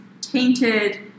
tainted